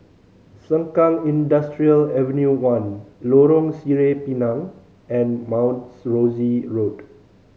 Sengkang Industrial Ave One Lorong Sireh Pinang and Mount Rosie Road